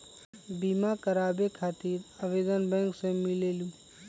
बिमा कराबे खातीर आवेदन बैंक से मिलेलु?